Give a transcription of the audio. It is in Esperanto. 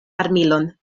armilon